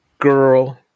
girl